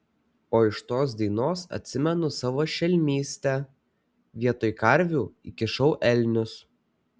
o iš tos dainos atsimenu savo šelmystę vietoj karvių įkišau elnius